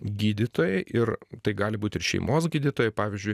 gydytojai ir tai gali būt ir šeimos gydytojai pavyzdžiui